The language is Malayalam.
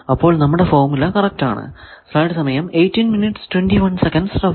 അപ്പോൾ നമ്മുടെ ഫോർമുല കറക്റ്റ് ആണ്